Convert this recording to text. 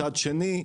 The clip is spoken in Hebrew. מצד שני,